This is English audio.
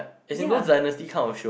ya